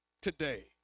today